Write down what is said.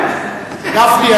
גפני,